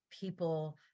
people